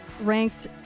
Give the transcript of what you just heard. ranked